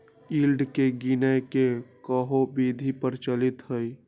yield के गीनेए के कयहो विधि प्रचलित हइ